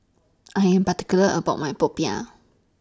I Am particular about My Popiah